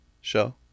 show